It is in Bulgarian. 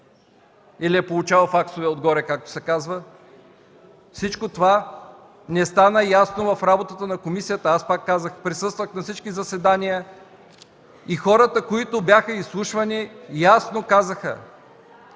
или е получавал факсове отгоре, както се казва? Всичко това не стана ясно в работата на комисията. Аз присъствах на всички заседания и хората, които бяха изслушвани, ясно казаха,